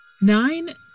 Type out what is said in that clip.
Nine